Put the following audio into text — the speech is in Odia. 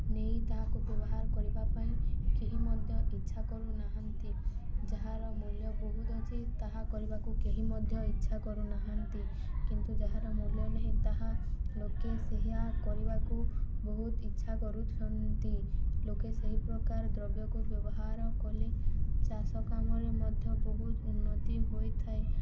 ନେଇ ତାହାକୁ ବ୍ୟବହାର କରିବା ପାଇଁ କେହି ମଧ୍ୟ ଇଚ୍ଛା କରୁନାହାନ୍ତି ଯାହାର ମୂଲ୍ୟ ବହୁତ ଅଛି ତାହା କରିବାକୁ କେହି ମଧ୍ୟ ଇଚ୍ଛା କରୁନାହାନ୍ତି କିନ୍ତୁ ଯାହାର ମୂଲ୍ୟ ନାହିଁ ତାହା ଲୋକେ ସେଇଆ କରିବାକୁ ବହୁତ ଇଚ୍ଛା କରୁଛନ୍ତି ଲୋକେ ସେହି ପ୍ରକାର ଦ୍ରବ୍ୟକୁ ବ୍ୟବହାର କଲେ ଚାଷ କାମରେ ମଧ୍ୟ ବହୁତ ଉନ୍ନତି ହୋଇଥାଏ